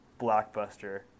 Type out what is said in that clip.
Blockbuster